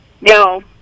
No